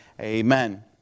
Amen